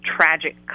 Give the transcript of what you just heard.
tragic